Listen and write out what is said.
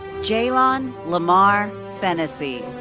jalon lamar fennessee.